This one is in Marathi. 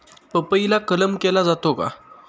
पपईला कलम केला जातो का?